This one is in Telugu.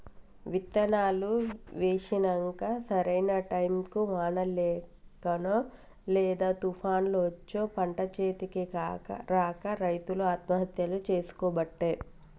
విత్తనాలు వేశినంక సరైన టైముకు వానలు లేకనో లేదా తుపాన్లు వచ్చో పంట చేతికి రాక రైతులు ఆత్మహత్యలు చేసికోబట్టే